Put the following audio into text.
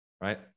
right